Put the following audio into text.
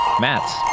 mats